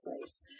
place